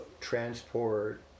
transport